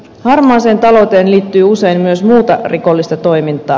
harmaaseen talouteen liittyy usein myös muuta rikollista toimintaa